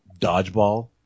Dodgeball